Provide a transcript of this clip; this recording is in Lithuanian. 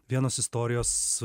vienos istorijos